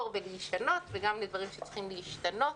ולהישנות וגם לדברים שצריכים להשתנות,